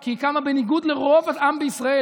כי היא קמה בניגוד לרוב העם בישראל,